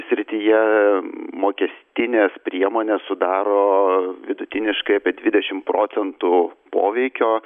srityje mokestinės priemonės sudaro vidutiniškai apie dvidešimt procentų poveikio